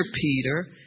Peter